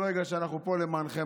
כל רגע שאנחנו פה הוא למענכם,